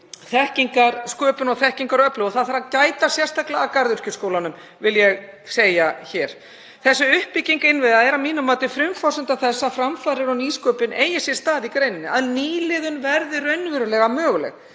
þekkingarsköpun og þekkingaröflun. Það þarf að gæta sérstaklega að Garðyrkjuskólanum, vil ég segja hér. Uppbygging innviða er að mínu mati frumforsenda þess að framfarir og nýsköpun eigi sér stað í greininni, að nýliðun verði raunverulega möguleg.